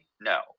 no